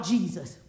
Jesus